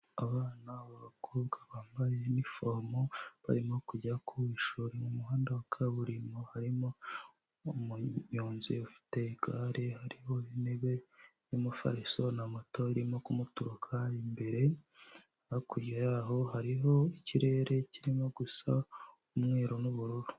Abana b'abakobwa bambaye inifomo, barimo kujya ku ishuri, mu muhanda wa kaburimbo harimo umunyonzi ufite igare hariho intebe y'umufariso na moto irimo kumuturuka imbere, hakurya yaho hariho ikirere kirimo gusa umweru n'ubururu.